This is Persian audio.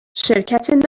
شرکت